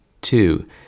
Two